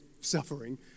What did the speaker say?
suffering